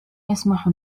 يسمح